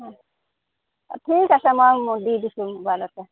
অঁ অঁ ঠিক আছে মই দি দিছোঁ মোবাইলতে